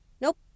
Nope